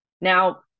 Now